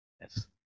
Yes